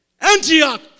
Antioch